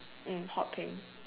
mm hot pink